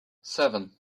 seven